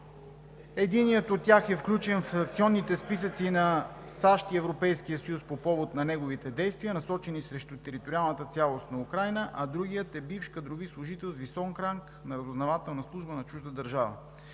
Единият от тях е включен в списъци на САЩ и Европейския съюз по повод на неговите действия, насочени срещу териториалната цялост на Украйна, а другият е бивш кадрови служител с висок ранг в разузнавателна служба на чужда държава.